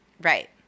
Right